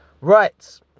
Right